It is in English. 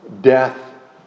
death